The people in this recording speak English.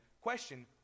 Question